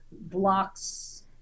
blocks